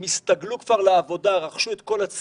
כל המוסדות האלה הסתגלו כבר לעבודה ורכשו את כל הציוד,